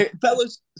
Fellas